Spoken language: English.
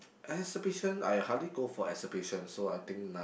exhibition I hardly go for exhibition so I think none